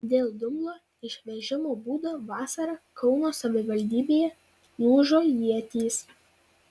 dėl dumblo išvežimo būdo vasarą kauno savivaldybėje lūžo ietys